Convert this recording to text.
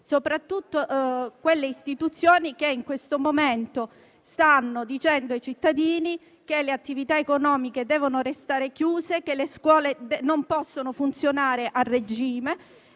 i cittadini e le istituzioni, che in questo momento stanno dicendo loro che le attività economiche devono restare chiuse, che le scuole non possono funzionare a regime